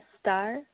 star